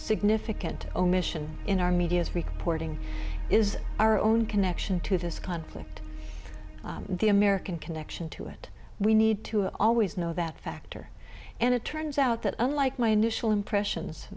significant omission in our media's reporting is our own connection to this conflict the american connection to it we need to all always know that factor and it turns out that unlike my initial impressions